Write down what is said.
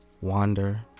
wander